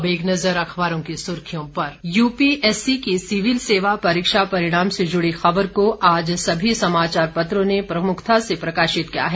अब एक नजुर अखबारों की सुर्खियों पर यूपीएससी के सिविल सेवा परीक्षा परिणाम से जुड़ी खबर को आज सभी समाचार पत्रों ने प्रमुखता से प्रकाशित किया है